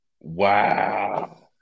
wow